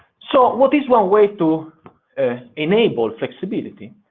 so what is one way to enable flexibility?